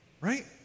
Right